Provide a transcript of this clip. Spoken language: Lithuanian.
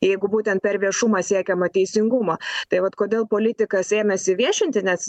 jeigu būtent per viešumą siekiama teisingumo tai vat kodėl politikas ėmėsi viešinti nes